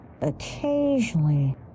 occasionally